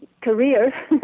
career